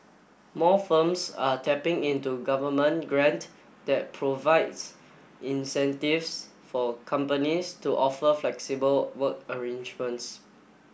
more firms are tapping into government grant that provides incentives for companies to offer flexible work arrangements